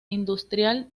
industrial